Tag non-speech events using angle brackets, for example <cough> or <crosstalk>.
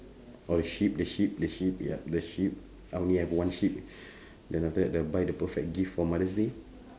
or the sheep the sheep the sheep ya the sheep I only have one sheep <breath> then after that buy the perfect gift for mother's day